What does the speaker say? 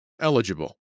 eligible